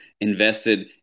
invested